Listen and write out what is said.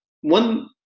one